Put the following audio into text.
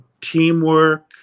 teamwork